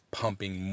pumping